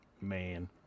Man